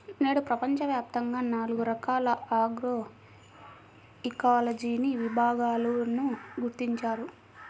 నేడు ప్రపంచవ్యాప్తంగా నాలుగు రకాల ఆగ్రోఇకాలజీని విభాగాలను గుర్తించారు